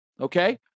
Okay